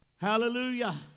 Hallelujah